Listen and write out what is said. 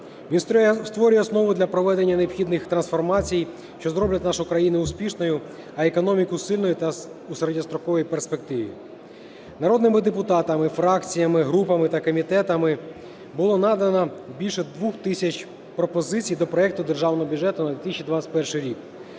Він створює основу для проведення необхідних трансформацій, що зроблять нашу країну успішною, а економіку сильною у середньостроковій перспективі. Народними депутатами, фракціями, групами та комітетами було надано більше 2 тисяч пропозицій до проекту Державного бюджету на 2021 рік,